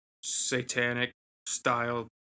satanic-style